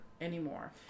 anymore